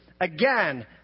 Again